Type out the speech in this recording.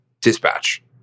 dispatch